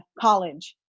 college